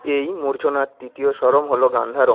এই মূর্ছনার তৃতীয় স্বরম হল গান্ধারম